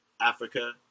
Africa